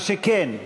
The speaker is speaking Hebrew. מה שכן,